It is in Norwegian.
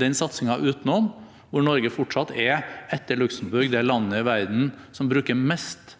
den satsingen utenom – hvor Norge fortsatt er, etter Luxembourg, det landet i verden som bruker mest